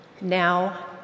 now